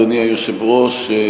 אדוני היושב-ראש,